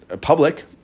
Public